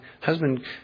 husband